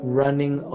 running